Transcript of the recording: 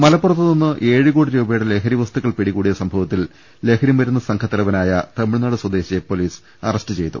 മലപ്പുറത്തുനിന്ന് ഏഴുകോടി രൂപയുടെ ലഹരി വസ്തു ക്കൾ പിടികൂടിയ സംഭവത്തിൽ ലഹരി മരുന്ന് സംഘത്തല വനായ തമിഴ്നാട് സ്വദേശിയെ പൊലീസ് അറസ്റ്റ് ചെയ്തു